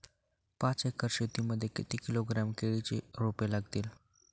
पाच एकर शेती मध्ये किती किलोग्रॅम केळीची रोपे लागतील?